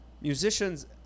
musicians